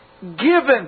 given